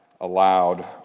allowed